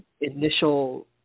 initial